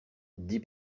dis